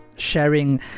Sharing